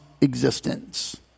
existence